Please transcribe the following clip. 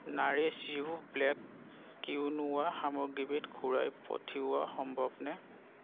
Nourish You black quinoa সামগ্ৰীবিধ ঘূৰাই পঠিওৱা সম্ভৱনে